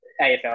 AFL